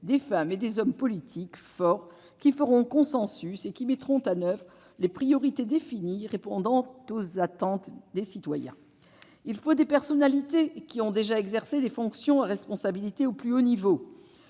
des femmes et des hommes politiques forts qui feront consensus et qui mettront en oeuvre les priorités définies, répondant aux attentes des citoyens. Il faut des personnalités qui ont déjà exercé des fonctions à responsabilité au plus haut niveau.